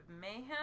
Mayhem